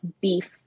beef